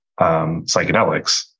psychedelics